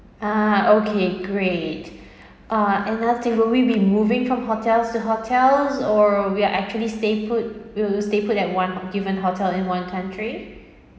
ah okay great uh another thing we will be moving from hotels to hotels or we're actually stay put we'll stay put at one given hotel in one country